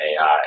AI